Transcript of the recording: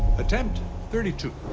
attempt thirty two.